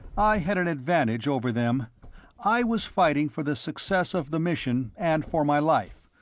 i had an advantage over them i was fighting for the success of the mission and for my life,